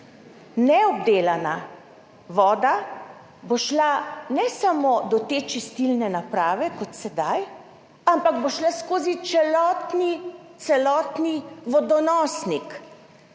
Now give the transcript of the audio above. neobdelana voda bo šla ne samo do te čistilne naprave kot sedaj, ampak bo šla skozi celotni vodonosnik.